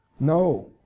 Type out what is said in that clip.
No